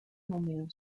húmedos